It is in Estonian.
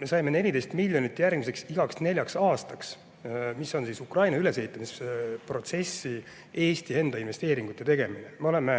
Me saime 14 miljonit järgmiseks igaks neljaks aastaks, mis on Ukraina ülesehitamise protsessi Eesti enda investeeringute tegemine. Me oleme